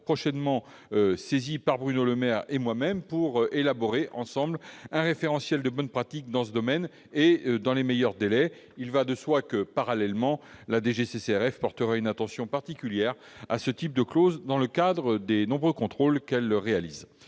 prochainement saisie par Bruno Le Maire et moi-même pour élaborer ensemble un référentiel de bonnes pratiques dans ce domaine et dans les meilleurs délais. Il va de soi que, parallèlement, la DGCCRF portera une attention particulière à ce type de clause dans le cadre des nombreux contrôles qu'elle réalise.